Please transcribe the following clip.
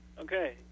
Okay